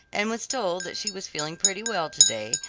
and was told that she was feeling pretty well to-day,